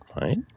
right